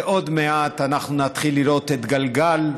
ועוד מעט אנחנו נתחיל לראות את גלגל,